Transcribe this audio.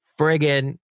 friggin